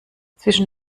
zwischen